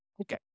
Okay